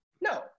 No